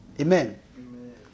Amen